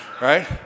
right